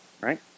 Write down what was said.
right